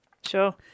Sure